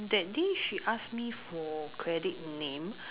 that day she ask me for credit name